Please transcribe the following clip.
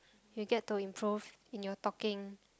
you get to improve in your talking